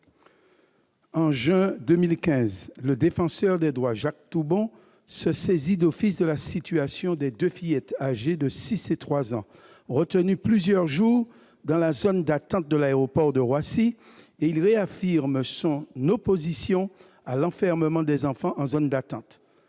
En juin 2015, le Défenseur des droits, M. Jacques Toubon, s'est saisi d'office de la situation de deux fillettes âgées de trois et six ans, retenues plusieurs jours dans la zone d'attente de l'aéroport de Roissy. À cette occasion, il a réaffirmé son opposition à l'enfermement des enfants en zone d'attente.